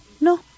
No